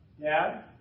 Dad